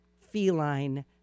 Feline